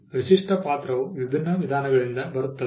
ವಿಶಿಷ್ಟ ಪಾತ್ರವು ವಿಭಿನ್ನ ವಿಧಾನಗಳಿಂದ ಬರುತ್ತದೆ